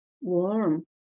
warm